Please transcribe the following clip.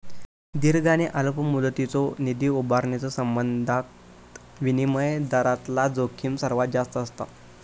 दीर्घ आणि अल्प मुदतीचो निधी उभारण्याच्यो संबंधात विनिमय दरातला जोखीम सर्वात जास्त असता